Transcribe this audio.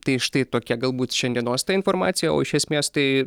tai štai tokia galbūt šiandienos ta informacija o iš esmės tai